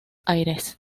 aires